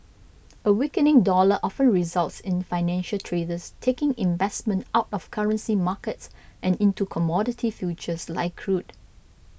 a weakening dollar often results in financial traders taking investment out of currency markets and into commodity futures like crude